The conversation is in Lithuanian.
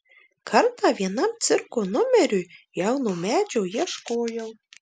kartą vienam cirko numeriui jauno medžio ieškojau